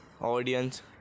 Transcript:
audience